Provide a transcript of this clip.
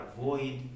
avoid